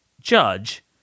judge